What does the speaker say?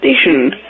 Station